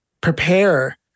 prepare